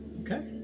Okay